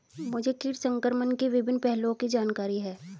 मुझे कीट संक्रमण के विभिन्न पहलुओं की जानकारी है